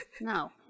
No